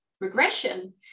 regression